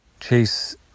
chase